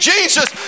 Jesus